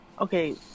Okay